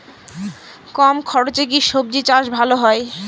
কম খরচে কি সবজি চাষ ভালো হয়?